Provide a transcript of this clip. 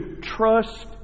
trust